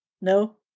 No